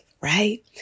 right